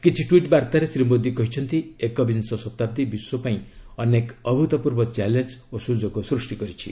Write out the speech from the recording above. କିଛି ଟ୍ୱିଟ୍ ବାର୍ତ୍ତାରେ ଶ୍ରୀ ମୋଦୀ କହିଛନ୍ତି ଏକବିଂଶ ଶତାବ୍ଦୀ ବିଶ୍ୱ ପାଇଁ ଅନେକ ଅଭୁତପୂର୍ବ ଚ୍ୟାଲେଞ୍ଜ ଓ ସୁଯୋଗ ସୃଷ୍ଟି କରିଛି